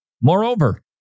Moreover